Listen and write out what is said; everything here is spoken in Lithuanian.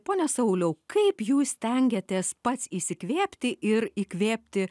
pone sauliau kaip jūs stengiatės pats įsikvėpti ir įkvėpti